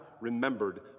remembered